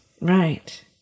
Right